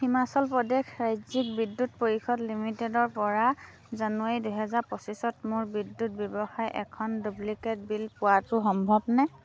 হিমাচল প্ৰদেশ ৰাজ্যিক বিদ্যুৎ পৰিষদ লিমিটেডৰপৰা জানুৱাৰী দুহেজাৰ পঁচিছত মোৰ বিদ্যুৎ ব্যৱসায় এখন ডুপ্লিকেট বিল পোৱাটো সম্ভৱনে